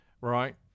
right